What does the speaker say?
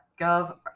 gov